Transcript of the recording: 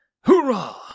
Hoorah